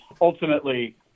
ultimately